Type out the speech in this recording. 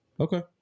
okay